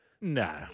No